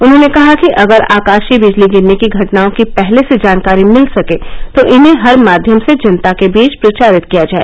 उन्होंने कहा कि अगर आकाशीय बिजली गिरने की घटनाओं की पहले से जानकारी मिल सके तो इन्हें हर माध्यम से जनता के बीच प्रचारित किया जाए